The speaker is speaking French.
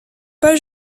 pas